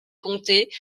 comté